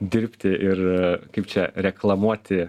dirbti ir kaip čia reklamuoti